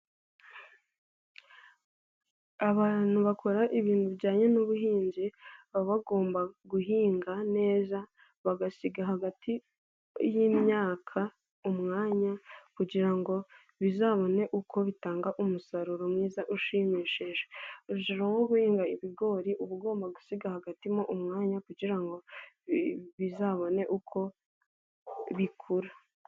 Abantu bakora ibintu bijyanye n'ubuhinzi baba bagomba guhinga neza bagasiga hagati y'imyaka umwanya kugira ngo bizabone uko bitanga umusaruro mwiza ushimishije, urugero nko guhinga ibigori uba ugomba gusiga hagati mo umwanya kugira ngo bizabone uko bikura.